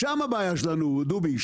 שם הבעיה שלנו, דובי.